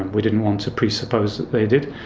we didn't want to presuppose that they did,